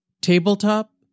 Tabletop